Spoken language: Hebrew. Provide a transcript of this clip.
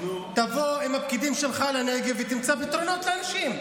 תבוא עם הפקידים שלך לנגב ותמצא פתרונות לאנשים.